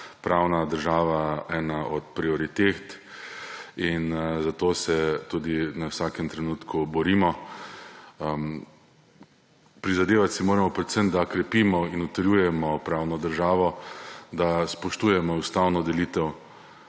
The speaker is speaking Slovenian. pravna država ena od prioritet in za to se tudi na vsakem trenutku borimo. Prizadevati si moramo predvsem, da krepimo in utrjujemo pravno državo, da spoštujemo ustavno delitev